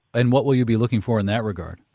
and what will you be looking for in that regard?